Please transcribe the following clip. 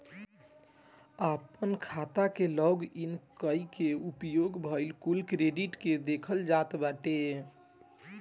आपन खाता के लॉग इन कई के उपयोग भईल कुल क्रेडिट के देखल जात बाटे